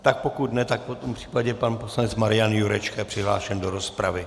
Tak pokud ne, tak v tom případě pan poslanec Marian Jurečka je přihlášen do rozpravy.